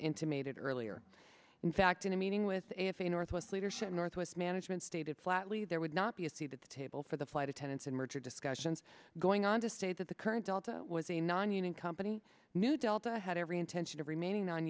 intimated earlier in fact in a meeting with a f a a northwest leadership northwest management stated flatly there would not be a seat at the table for the flight attendants in merger discussions going on to state that the current delta was a nonunion company new delta had every intention of remaining non